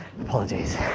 Apologies